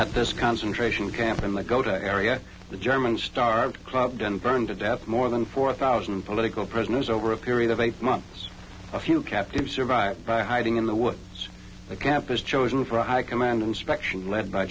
at this concentration camp and they go to area the germans starved clubbed and burned to death more than four thousand political prisoners over a period of eight months a few captives survived by hiding in the wood the camp was chosen for a high command inspection led by